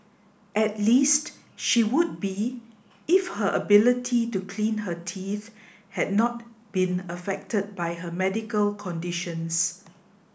at least she would be if her ability to clean her teeth had not been affected by her medical conditions